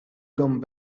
come